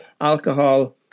alcohol